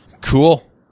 Cool